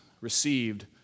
received